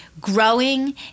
Growing